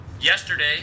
Yesterday